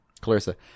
Clarissa